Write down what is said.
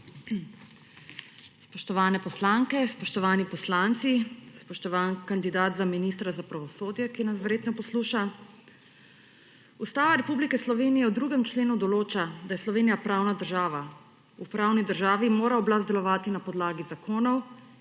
Spoštovane poslanke, spoštovani poslanci, spoštovan kandidat za ministra za pravosodje, ki nas verjetno posluša. Ustava Republike Slovenije v drugem členu določa, da je Slovenija pravna država. V pravni državi mora oblast delovati na podlagi zakonov